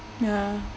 ya